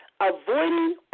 avoiding